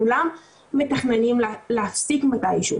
כולם מתכננים להפסיק מתי שהוא.